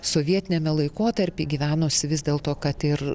sovietiniame laikotarpy gyvenosi vis dėl to kad ir